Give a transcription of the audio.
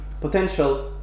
potential